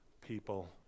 people